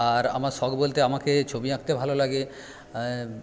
আর আমার শখ বলতে আমাকে ছবি আঁকতে ভালো লাগে